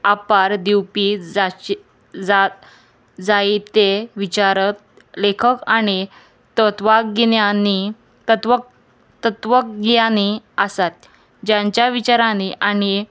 आपार दिवपी जाची जा जायते विचारक लेखक आनी तत्वागिन्यानी तत्व तत्वग्यांनी आसात ज्यांच्या विचारांनी आनी एक